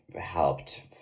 helped